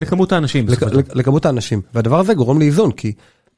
לכמות האנשים לכמות האנשים. והדבר הזה גורם לאיזון כי...